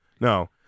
no